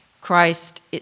Christ